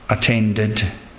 Attended